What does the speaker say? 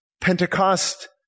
Pentecost